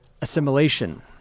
assimilation